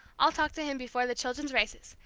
i'll talk to him before the children's races.